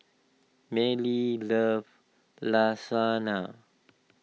Manly loves Lasagna